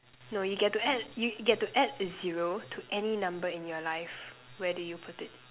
no you get to add you get to add a zero to any number in your life where do you put it